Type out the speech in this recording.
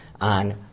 on